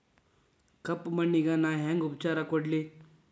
ಕಪ್ಪ ಮಣ್ಣಿಗ ನಾ ಹೆಂಗ್ ಉಪಚಾರ ಕೊಡ್ಲಿ?